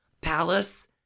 palace